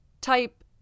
type